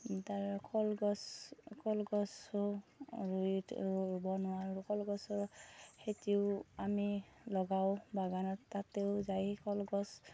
তাৰ কলগছ কলগছো ৰুই ৰুব নোৱাৰোঁ কলগছৰ খেতিও আমি লগাওঁ বাগানত তাতেও যায় কলগছ